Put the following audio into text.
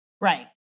Right